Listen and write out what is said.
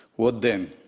what then?